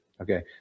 Okay